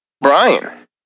Brian